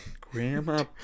Grandma